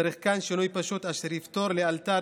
צריך כאן שינוי פשוט אשר יפתור לאלתר